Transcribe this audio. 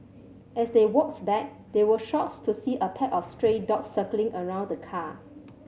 as they walked back they were shocked to see a pack of stray dogs circling around the car